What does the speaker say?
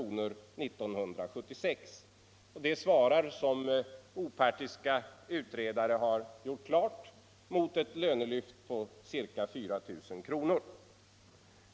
sänkt statsskatt 1976 och det svarar, som opartiska utredare har gjort klart, mot ett lönelyft på ca 4000 kr.